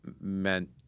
meant –